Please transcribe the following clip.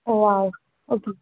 oh wow okay